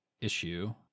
issue